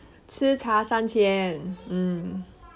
吃茶三千 mm